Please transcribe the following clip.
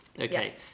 okay